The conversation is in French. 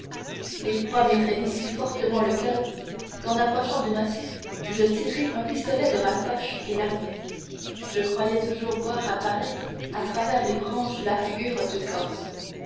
l'effroi m'étreignait si fortement le coeur qu'en approchant du massif je tirai un pistolet de ma poche et l'armai je croyais toujours voir apparaître à travers les branches la figure du corse